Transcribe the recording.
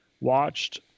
watched